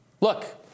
look